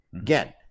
Again